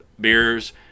beers